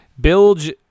Bilge